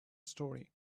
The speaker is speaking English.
story